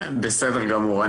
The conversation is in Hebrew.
בסדר גמור.